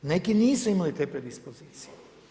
Neki nisu imali te predispozicije.